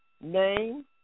Name